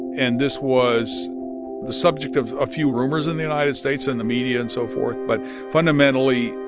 and this was the subject of a few rumors in the united states in the media and so forth. but fundamentally,